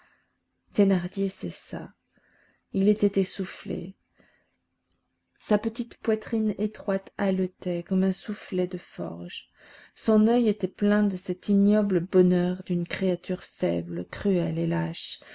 thénardier cessa il était essoufflé sa petite poitrine étroite haletait comme un soufflet de forge son oeil était plein de cet ignoble bonheur d'une créature faible cruelle et lâche